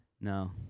no